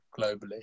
globally